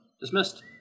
Dismissed